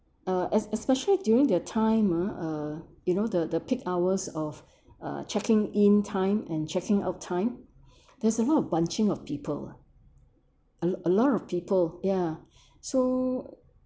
uh es~ especially during the time ah uh you know the the peak hours of uh checking in time and checking out time there is a lot of bunching of people lah a a lot of people ya so